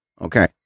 Okay